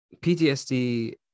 ptsd